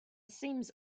seems